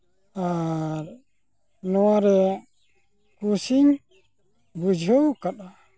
ᱟᱨ ᱱᱚᱣᱟᱨᱮ ᱠᱩᱥᱤᱧ ᱵᱩᱡᱷᱟᱹᱣ ᱠᱟᱫᱼᱟ